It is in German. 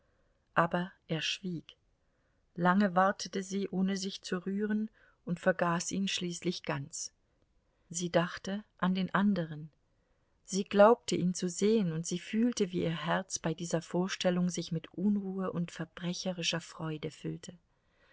aber er schwieg lange wartete sie ohne sich zu rühren und vergaß ihn schließlich ganz sie dachte an den anderen sie glaubte ihn zu sehen und sie fühlte wie ihr herz bei dieser vorstellung sich mit unruhe und verbrecherischer freude füllte